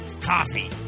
coffee